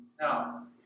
Now